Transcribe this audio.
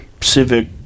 Civic